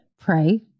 Pray